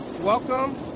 welcome